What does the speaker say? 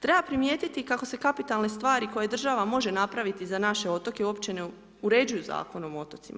Treba primijetiti kako se kapitalne stvari koje država može napraviti za naše otoke uopće ne uređuju Zakonom o otocima.